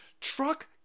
Truck